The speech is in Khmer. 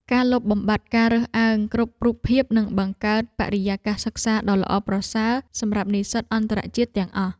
ការលុបបំបាត់ការរើសអើងគ្រប់រូបភាពនឹងបង្កើតបរិយាកាសសិក្សាដ៏ល្អប្រសើរសម្រាប់និស្សិតអន្តរជាតិទាំងអស់។